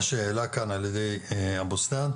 מה שהועלה כאן על ידי אבו סנאן.